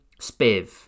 Spiv